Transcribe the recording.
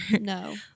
No